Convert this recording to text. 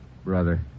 Brother